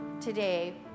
today